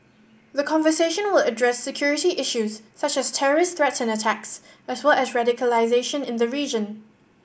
the conversation will address security issues such as terrorist threats and attacks as well as radicalisation in the region